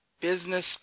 Business